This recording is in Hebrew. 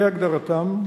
כהגדרתם,